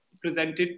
presented